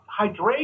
Hydration